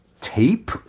tape